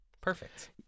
Perfect